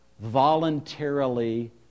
voluntarily